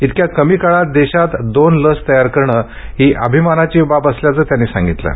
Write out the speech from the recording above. एवढ्या कमी काळात देशात दोन लस तयार करणे ही अभिमानाची बाब असल्याचं त्यांनी म्हटलं आहे